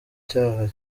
cyo